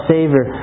Savior